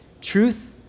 Truth